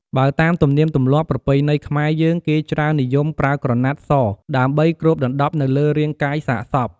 បើតាមទំនៀមទម្លាប់ ប្រពៃណីខ្មែរយើងគេច្រើននិយមប្រើក្រណាត់សដើម្បីគ្របដណ្តប់នៅលើរាងកាយសាកសព។